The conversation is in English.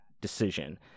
decision